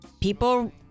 people